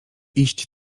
iść